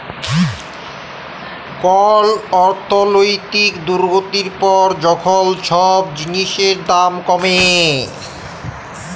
call অর্থলৈতিক দুর্গতির পর যখল ছব জিলিসের দাম কমে